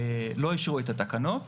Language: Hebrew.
לא אישרו את התקנות.